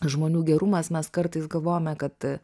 žmonių gerumas mes kartais galvojame kad